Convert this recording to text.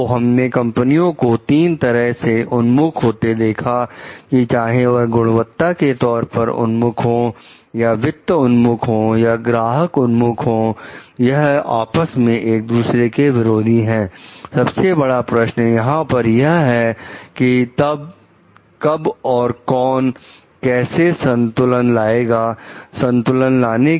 तो हमने कंपनियों को 3 तरह से उन्मुख होते देखा कि चाहे वह गुणवत्ता के तौर पर उन्मुख हो या वित्त उन्मुख या ग्राहक उन्मुख यह आपस में एक दूसरे के विरोधी हैं सबसे बड़ा प्रश्न यहां पर यह है कि तब कब और कौन कैसे संतुलन लाएगा संतुलन लाने के लिए क्या किया जा सकता है